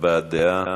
הבעת דעה.